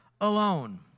alone